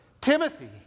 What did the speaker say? Timothy